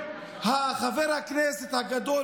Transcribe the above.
לפתוח במלחמה,